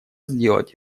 сделать